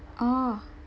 orh